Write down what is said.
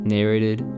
Narrated